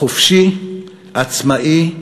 חופשי, עצמאי,